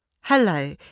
Hello